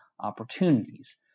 opportunities